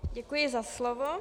Děkuji za slovo.